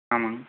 ஆமாங்க